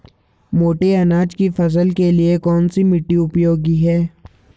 मोटे अनाज की फसल के लिए कौन सी मिट्टी उपयोगी है?